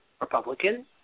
Republican